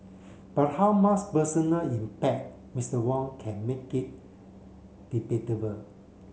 but how much personal impact Mister Wang can make it debatable